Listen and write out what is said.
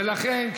ולכן,